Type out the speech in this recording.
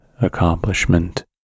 accomplishment